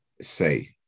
Say